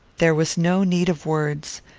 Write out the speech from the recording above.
there was no need of words.